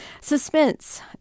Suspense